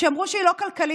שאמרו שהיא לא כלכלית,